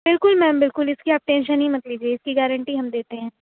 بالکل میم بالکل اس کی آپ ٹینشن ہی مت لیجیے اس کی گارنٹی ہم دیتے ہیں